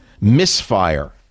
misfire